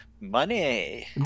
Money